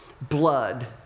blood